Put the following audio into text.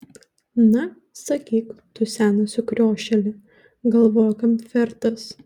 na sakyk tu senas sukriošėli galvojo kemfertas